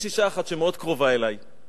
יש אשה אחת שמאוד קרובה אלי,